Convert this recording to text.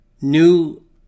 new